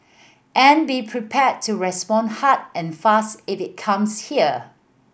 and be prepared to respond hard and fast it comes here